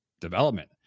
development